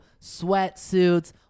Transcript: sweatsuits